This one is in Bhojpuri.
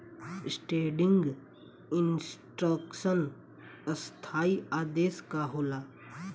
स्टेंडिंग इंस्ट्रक्शन स्थाई आदेश का होला?